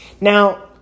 Now